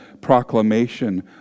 proclamation